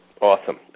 awesome